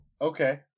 okay